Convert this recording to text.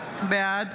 בעד